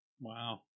Wow